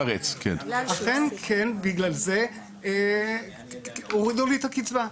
אכן כן, בגלל זה הורידו לי את הקצבה.